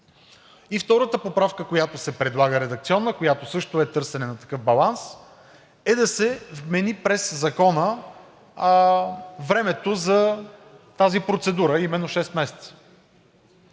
г. Втората поправка, която се предлага редакционно и също е търсене на такъв баланс, е да се вмени през Закона времето за тази процедура, а именно шест месеца.